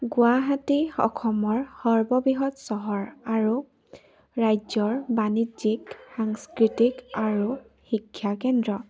গুৱাহাটী অসমৰ সৰ্ববৃহৎ চহৰ আৰু ৰাজ্যৰ বাণিজ্যিক সাংস্কৃতিক আৰু শিক্ষাকেন্দ্ৰ